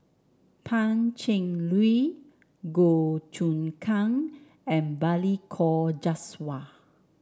Pan Cheng Lui Goh Choon Kang and Balli Kaur Jaswal